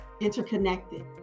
interconnected